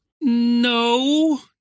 No